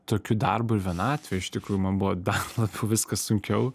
tokiu darbu ir vienatve iš tikrųjų man buvo dar labiau viskas sunkiau